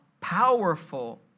powerful